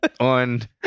On